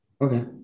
Okay